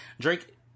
Drake